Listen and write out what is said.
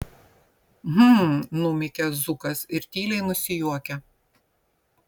hm numykia zukas ir tyliai nusijuokia